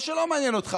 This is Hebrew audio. או שלא מעניין אותך,